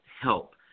help